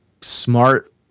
smart